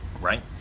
right